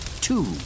Two